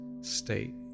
state